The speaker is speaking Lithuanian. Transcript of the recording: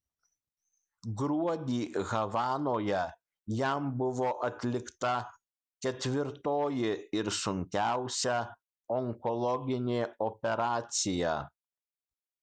gruodį havanoje jam buvo atlikta ketvirtoji ir sunkiausia onkologinė operacija